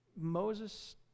Moses